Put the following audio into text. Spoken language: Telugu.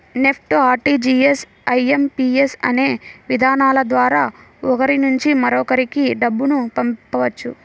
నెఫ్ట్, ఆర్టీజీయస్, ఐ.ఎం.పి.యస్ అనే విధానాల ద్వారా ఒకరి నుంచి మరొకరికి డబ్బును పంపవచ్చు